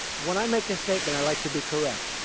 when i make a statement i like to be correct.